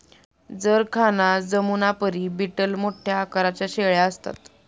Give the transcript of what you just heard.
जरखाना जमुनापरी बीटल मोठ्या आकाराच्या शेळ्या असतात